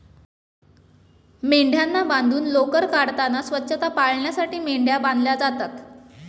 मेंढ्यांना बांधून लोकर काढताना स्वच्छता पाळण्यासाठी मेंढ्या बांधल्या जातात